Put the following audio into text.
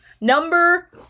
number